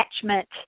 attachment